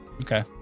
Okay